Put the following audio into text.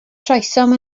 troesom